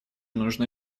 нужно